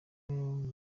umwe